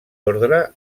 ordre